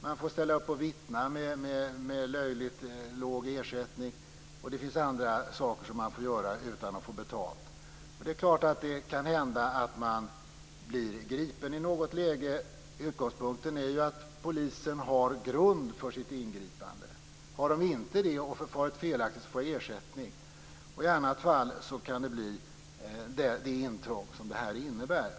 Man får ställa upp och vittna med löjligt låg ersättning, och det finns andra saker som man får göra utan att få betalt. Det är klart att det kan hända att man blir gripen i något läge. Utgångspunkten är ju att polisen har grund för sitt ingripande. Om de inte har det och har förfarit felaktig får man ersättning. I annat fall kan det bli det intrång som detta innebär.